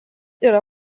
yra